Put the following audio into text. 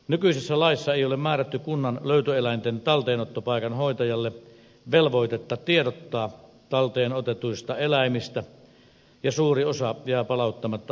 nykyisessä laissa ei ole määrätty kunnan löytöeläinten talteenottopaikan hoitajalle velvoitetta tiedottaa talteenotetuista eläimistä ja suuri osa jää palauttamatta omistajilleen